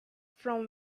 from